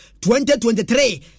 2023